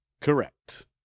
Correct